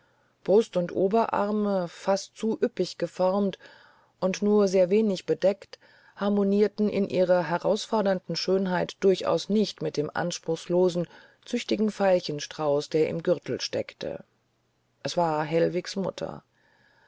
brust und oberarme fast zu üppig geformt und nur sehr wenig bedeckt harmonierten in ihrer herausfordernden schönheit durchaus nicht mit dem anspruchslosen züchtigen veilchenstrauße der im gürtel steckte es war hellwigs mutter